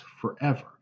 forever